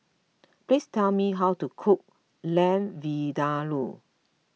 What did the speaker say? please tell me how to cook Lamb Vindaloo